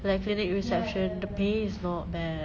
like clinic reception the pay is not bad